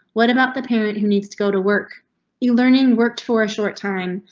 what about the parent who needs to go to work you learning worked for a short time,